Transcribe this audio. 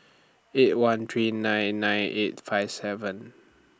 eight one three nine nine eight five seven